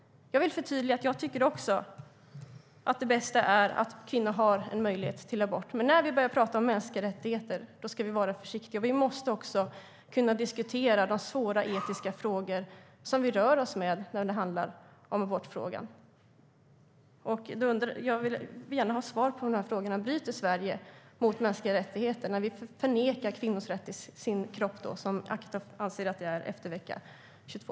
Jag vill förtydliga att jag också tycker att det bästa är att kvinnor har en möjlighet till abort. Men när vi börjar tala om mänskliga rättigheter ska vi vara försiktiga. Vi måste också kunna diskutera de svåra etiska frågor som vi rör oss med när det handlar om abortfrågan. Jag vill gärna ha svar på frågorna. Bryter Sverige mot mänskliga rättigheter när vi förnekar kvinnor rätt till sin kropp, som Acketoft anser att det är, efter vecka 22?